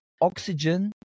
oxygen